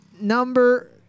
number